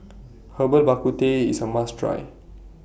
Herbal Bak Ku Teh IS A must Try